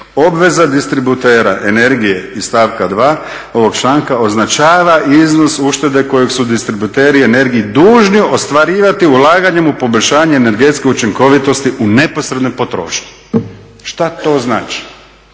obveza distributera energije iz stavka 2. ovog članka označava iznos uštede kojeg su distributeri energije dužni ostvarivati ulaganjem u poboljšanje energetske učinkovitosti u neposrednoj potrošnji. Šta to znači?